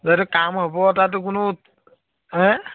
যাতে কাম হ'ব তাতো কোনো হা